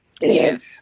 Yes